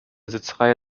sitzreihe